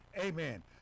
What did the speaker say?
amen